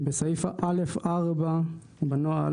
בסעיף א' 4 בנוהל,